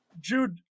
Jude